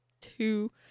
two